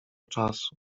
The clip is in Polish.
czasu